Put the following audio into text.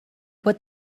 what